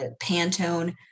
Pantone